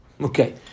okay